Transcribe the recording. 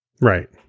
right